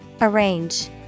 Arrange